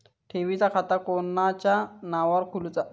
ठेवीचा खाता कोणाच्या नावार खोलूचा?